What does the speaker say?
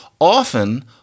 often